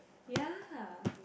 ya